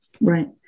Right